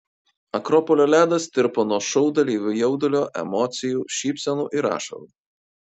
akropolio ledas tirpo nuo šou dalyvių jaudulio emocijų šypsenų ir ašarų